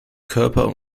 körper